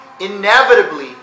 inevitably